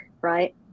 right